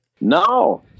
No